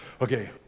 Okay